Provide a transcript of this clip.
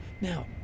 Now